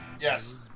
Yes